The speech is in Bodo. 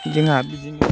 जोंहा बिदिनो